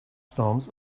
storms